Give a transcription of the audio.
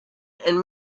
and